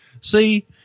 See